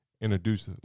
introduce